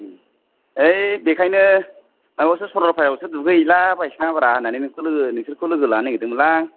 आव बेखायनो माबायावसो सरलपारायावसो दुगैहैला बायसै नामा रा होन्नानै नोंसोरखौ लोगो नोंसोरखौ लोगो लानो नागिरदों मोन लां